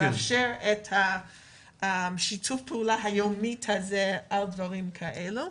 לאפשר את שיתוף הפעולה היום-יומי על דברים כאלה,